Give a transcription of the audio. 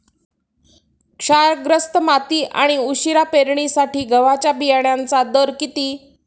क्षारग्रस्त माती आणि उशिरा पेरणीसाठी गव्हाच्या बियाण्यांचा दर किती?